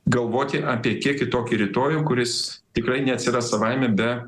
galvoti apie kiek kitokį rytojų kuris tikrai neatsiras savaime be